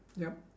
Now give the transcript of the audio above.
yup